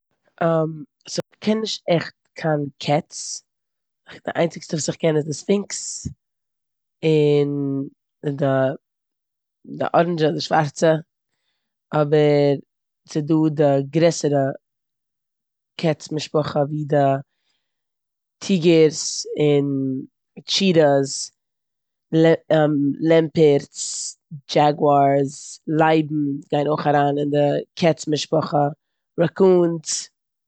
ס- קען נישט עכט קיין קעץ. די איינציגסטע וואס איך קען איז די ספינקס, און די-די אראנדשע, די שווארצע, אבער ס'דא די גרעסערע קעץ משפחה ווי די טיגערס און טשיטאס, לע- לעמפערטס, דשעגוארס, לייבן גייען אויך אריין אין די קעץ משפחה, רעקונס.